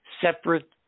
separate